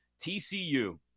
TCU